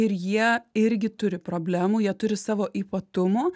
ir jie irgi turi problemų jie turi savo ypatumo